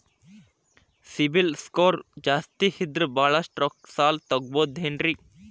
CIBIL score ಜಾಸ್ತಿ ಇದ್ರ ಬಹಳಷ್ಟು ರೊಕ್ಕ ಸಾಲ ತಗೋಬಹುದು ಏನ್ರಿ?